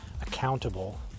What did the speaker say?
accountable